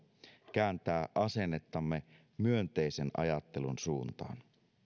kääntää asennettamme myönteisen ajattelun suuntaan